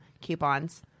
coupons